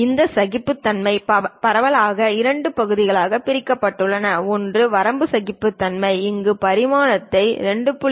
இந்த சகிப்புத்தன்மை பரவலாக இரண்டு பகுதிகளாகப் பிரிக்கப்பட்டுள்ளது ஒன்று வரம்பு சகிப்புத்தன்மை அங்கு பரிமாணத்தை 2